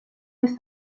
uns